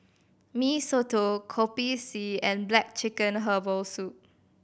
Mee Soto Kopi C and black chicken herbal soup